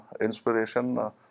inspiration